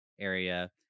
area